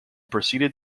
proceeded